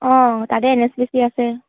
অঁ তাতে N S P C আছে